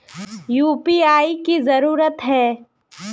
UPI की जरूरी है?